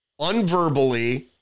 unverbally